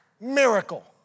miracle